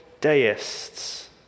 deists